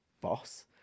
boss